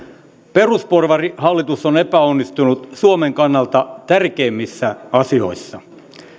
perusporvarihallitus on epäonnistunut suomen kannalta tärkeimmissä asioissa